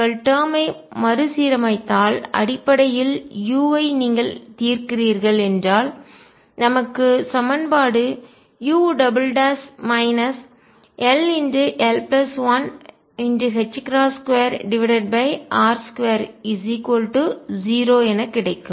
நீங்கள் டேர்ம் ஐ மறுசீரமைத்தால் அடிப்படையில் u ஐ நீங்கள் தீர்க்கிறீர்கள் என்றால் நமக்கு சமன்பாடு u ll12r20 என கிடைக்கும்